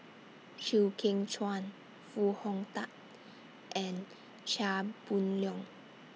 Chew Kheng Chuan Foo Hong Tatt and Chia Boon Leong